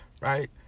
right